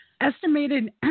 Estimated